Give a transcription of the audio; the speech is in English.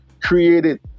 created